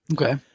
okay